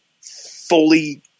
fully